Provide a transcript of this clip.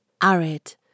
arid